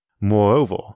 Moreover